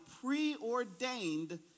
preordained